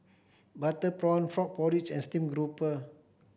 butter prawn frog porridge and steamed grouper